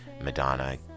Madonna